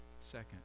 second